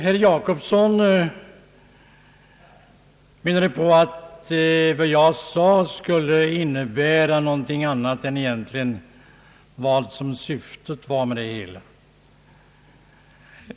Herr Jacobsson menade att vad jag sade skulle innebära något annat än syftet egentligen var med det hela.